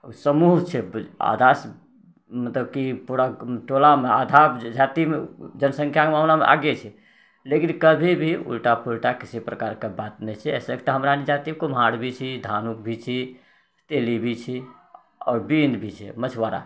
समूह छै आधासँ मतलब कि पूरा टोलामे आधा जातिमे जनसङ्ख्यामे ओना आगे छै लेकिन कभी भी उल्टा पुलटा किसी प्रकारके बात नहि छै अइसँ हमरारिके जाति कुम्हार भी छी धानुक भी छी तेली भी छी आओर बिन्द भी छी मछुआरा